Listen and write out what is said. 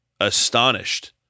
astonished